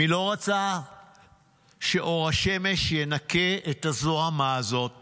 מי לא רצה שאור השמש ינקה את הזוהמה הזאת